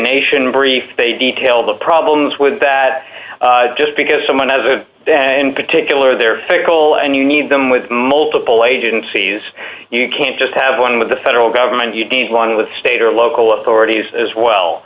nation brief they detail the problems with that just because someone has a particular they're fickle and you need them with multiple agencies you can't just have one with the federal government you need one with state or local authorities as well